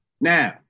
Now